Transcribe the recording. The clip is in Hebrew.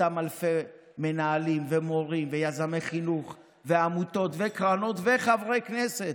אותם אלפי מנהלים ומורים ויזמי חינוך והעמותות וקרנות וחברי כנסת